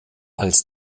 als